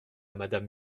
madame